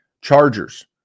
Chargers